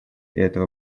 этого